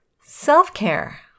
Self-care